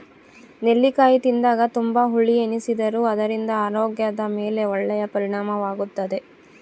ನೆಲ್ಲಿಕಾಯಿ ತಿಂದಾಗ ತುಂಬಾ ಹುಳಿ ಎನಿಸಿದರೂ ಅದರಿಂದ ಆರೋಗ್ಯದ ಮೇಲೆ ಒಳ್ಳೆಯ ಪರಿಣಾಮವಾಗುತ್ತದೆ